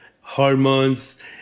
hormones